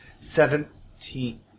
seventeen